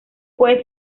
puede